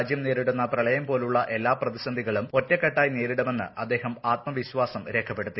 രാജ്യം നേരിടുന്ന പ്രളയം പോലുള്ള എല്ലാ പ്രതിസന്ധികളും ഒറ്റക്കെട്ടായി നേരിടുമെന്ന് അദ്ദേഹം ആത്മവിശ്വാസം രേഖപ്പെടുത്തി